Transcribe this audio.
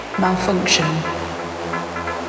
malfunction